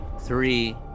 three